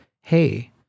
Hey